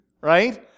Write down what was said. right